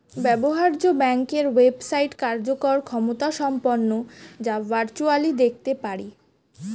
ব্যবহার্য ব্যাংকের ওয়েবসাইট কার্যকর ক্ষমতাসম্পন্ন যা ভার্চুয়ালি দেখতে পারি